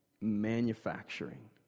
manufacturing